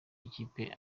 ikipe